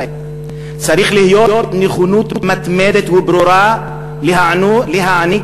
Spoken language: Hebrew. "צריך להיות נכונות מתמדת וברורה להעניק